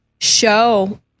show